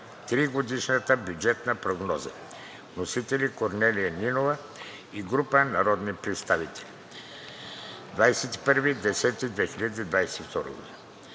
тригодишната бюджетна прогноза. Вносители – Корнелия Нинова и група народни представители, 21 октомври